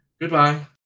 Goodbye